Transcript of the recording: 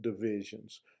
divisions